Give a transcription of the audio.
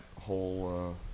whole